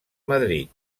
madrid